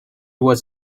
was